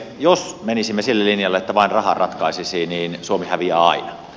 jos menisimme sille linjalle että vain raha ratkaisisi niin suomi häviää aina